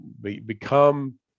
become